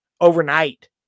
overnight